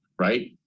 right